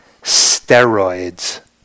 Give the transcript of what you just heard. steroids